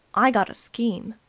i gotta scheme!